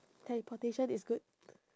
teleportation is good